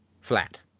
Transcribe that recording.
flat